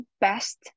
best